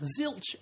zilch